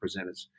presenters